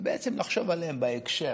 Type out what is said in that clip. זה לחשוב עליהם בהקשר,